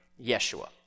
Yeshua